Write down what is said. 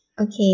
okay